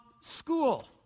School